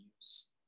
use